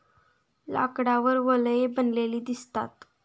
लाकडावर वलये बनलेली दिसतात